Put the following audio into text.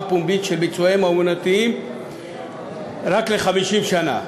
פומבית של ביצועיהם האמנותיים רק 50 שנה,